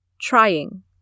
Trying